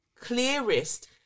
clearest